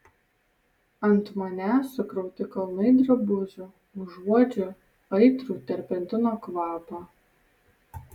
ant manęs sukrauti kalnai drabužių užuodžiu aitrų terpentino kvapą